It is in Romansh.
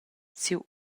siu